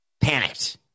Panicked